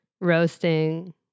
roasting